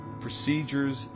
procedures